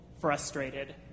frustrated